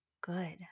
good